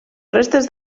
restes